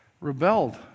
rebelled